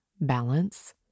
balance